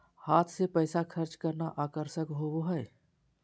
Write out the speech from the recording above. हाथ से पैसा खर्च करना आकर्षक होबो हइ